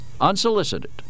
Unsolicited